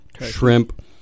shrimp